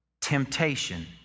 temptation